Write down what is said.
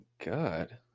God